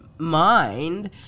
mind